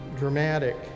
dramatic